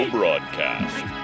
Broadcast